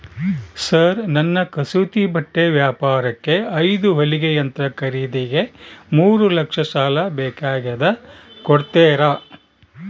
Sir ನನ್ನ ಕಸೂತಿ ಬಟ್ಟೆ ವ್ಯಾಪಾರಕ್ಕೆ ಐದು ಹೊಲಿಗೆ ಯಂತ್ರ ಖರೇದಿಗೆ ಮೂರು ಲಕ್ಷ ಸಾಲ ಬೇಕಾಗ್ಯದ ಕೊಡುತ್ತೇರಾ?